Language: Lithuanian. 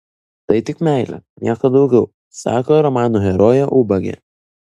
tai tik meilė nieko daugiau sako romano herojė ubagė